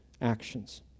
actions